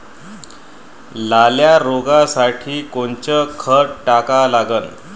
लाल्या रोगासाठी कोनचं खत टाका लागन?